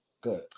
Good